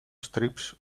strips